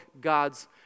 God's